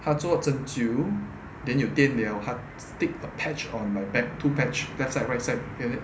他做针灸 then 有电了他 stick a patch on my back two patch left side right side